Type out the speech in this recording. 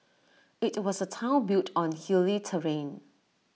IT was A Town built on hilly terrain